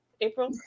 April